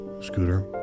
Scooter